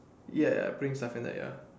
ya bring stuff and like ya